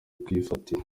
kwifatira